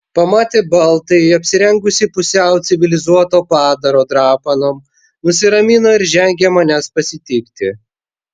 pamatę baltąjį apsirengusį pusiau civilizuoto padaro drapanom nusiramino ir žengė manęs pasitikti